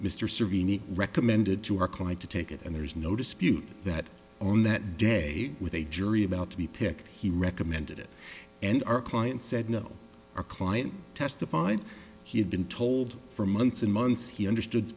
it recommended to our client to take it and there's no dispute that on that day with a jury about to be picked he recommended it and our client said no our client testified he had been told for months and months he understood